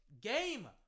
game